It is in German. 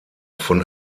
von